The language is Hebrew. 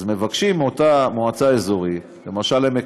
אז מבקשים מאותה מועצה אזורית, למשל עמק-חפר,